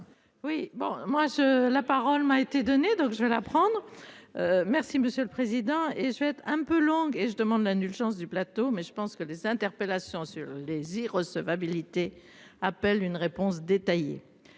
je la parole m'a été donné. Donc je vais la prendre. Merci monsieur le président et je vais être un peu long et je demande l'indulgence du plateau mais je pense que les interpellations sur les six recevabilité appelle une réponse détaillée.